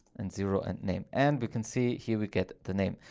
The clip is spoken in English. and zero and name, and we can see here we get the name.